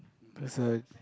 person